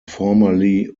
formerly